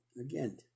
again